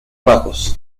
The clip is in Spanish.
bajos